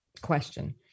question